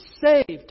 saved